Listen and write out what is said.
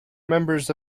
members